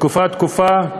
תקופה-תקופה,